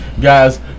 guys